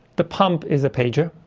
the pump is a pager,